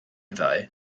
ddoe